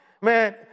Man